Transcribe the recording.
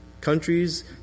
countries